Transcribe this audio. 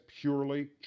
purely